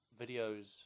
videos